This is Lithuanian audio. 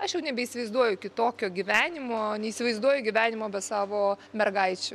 aš jau nebeįsivaizduoju kitokio gyvenimo neįsivaizduoju gyvenimo be savo mergaičių